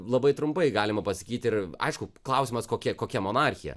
labai trumpai galima pasakyti ir aišku klausimas kokia kokia monarchija